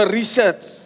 research